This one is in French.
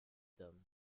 dames